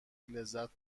لذت